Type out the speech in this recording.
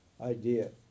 idea